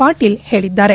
ಪಾಟೀಲ್ ಹೇಳಿದ್ದಾರೆ